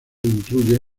incluye